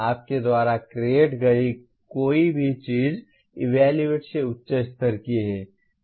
आपके द्वारा क्रिएट गई कोई भी चीज ईवेलुएट से उच्च स्तर की है